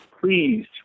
please